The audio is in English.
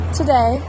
today